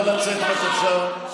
נא לצאת, בבקשה.